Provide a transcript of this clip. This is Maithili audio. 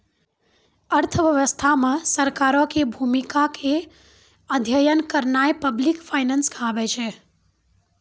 अर्थव्यवस्था मे सरकारो के भूमिका के अध्ययन करनाय पब्लिक फाइनेंस कहाबै छै